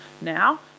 now